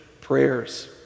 prayers